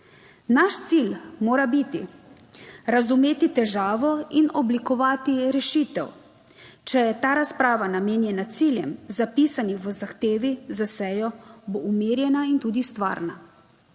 Naš cilj mora biti razumeti težavo in oblikovati rešitev. Če je ta razprava namenjena ciljem, zapisanih v zahtevi za sejo, bo umirjena in tudi stvarna.